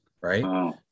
Right